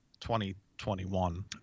2021